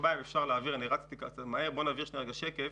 סעיף שכמעט אף אחד לא מכיר אותו,